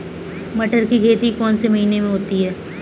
मटर की खेती कौन से महीने में होती है?